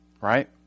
right